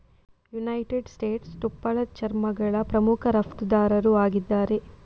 United States ತುಪ್ಪಳ ಚರ್ಮಗಳ ಪ್ರಮುಖ ರಫ್ತುದಾರರು ಆಗಿದ್ದಾರೆ